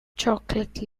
chocolate